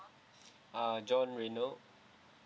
ah john reynald